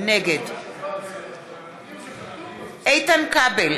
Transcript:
נגד איתן כבל,